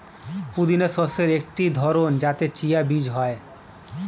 পুদিনা শস্যের একটি ধরন যাতে চিয়া বীজ হয়